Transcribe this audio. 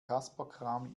kasperkram